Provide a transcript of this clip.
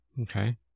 Okay